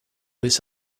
this